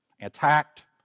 attacked